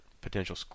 potential